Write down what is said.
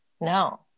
no